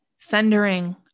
thundering